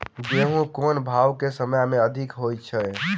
गेंहूँ केँ भाउ केँ समय मे अधिक होइ छै?